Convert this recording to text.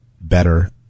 better